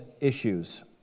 issues